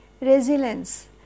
resilience